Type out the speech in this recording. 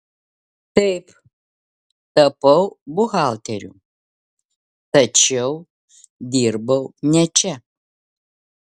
taip tapau buhalteriu tačiau dirbau ne čia